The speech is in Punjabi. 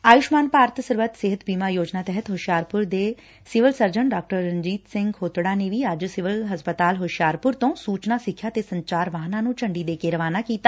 ਆਯੁਸ਼ਮਾਨ ਭਾਰਤ ਸਰਬੱਤ ਸਿਹਤ ਬੀਮਾ ਯੋਜਨਾ ਤਹਿਤ ਹੁਸ਼ਿਆਰਪੁਰ ਦੇ ਸਿਵਲ ਸਰਜਨ ਡਾ ਰਣਜੀਤ ਸਿੰਘ ਨੇ ਵੀ ਅੱਜ ਸਿਵਲ ਹਸਪਤਾਲ ਹੁਸ਼ਿਆਰਪੁਰ ਤੋ ਸੂਚਨਾ ਸਿੱਖਿਆ ਤੇ ਸੰਚਾਰ ਵਾਹਨਾ ਨੂੰ ਝੰਡੀ ਦੇ ਕੇ ਰਵਾਨਾ ਕੀਤਾ